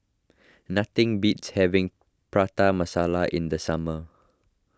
nothing beats having Prata Masala in the summer